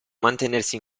mantenersi